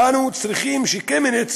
אנו צריכים שקמיניץ